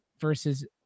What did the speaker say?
versus